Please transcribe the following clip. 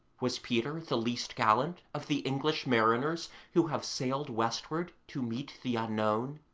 was peter the least gallant of the english mariners who have sailed westward to meet the unknown?